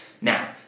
Now